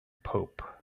pope